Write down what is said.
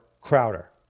Crowder